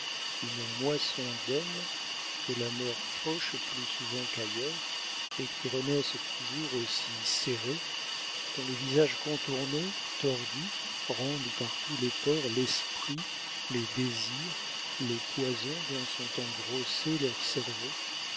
une moisson d'hommes que la mort fauche plus souvent qu'ailleurs et qui renaissent toujours aussi serrés dont les visages contournés tordus rendent par tous les pores l'esprit les désirs les poisons dont sont engrossés leurs cerveaux